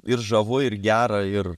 ir žavu ir gera ir